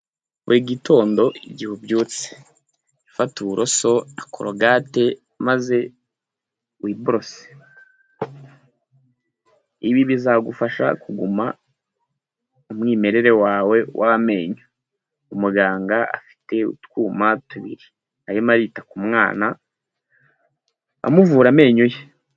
Buri gitondo igihe ubyutse, jya ufata uburoso na cologate maze wiborose. Ibi bizagufasha kuguma mu mwimerere wawe w'amenyo. Umuganga afite utwuma tubiri arimo arita ku mwana amuvu amenyo ye.